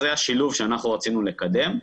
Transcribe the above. זה השילוב שאנחנו רצינו לקדם.